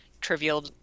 trivial